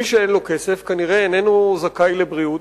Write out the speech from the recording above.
מי שאין לו כסף כנראה אינו זכאי לבריאות.